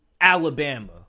Alabama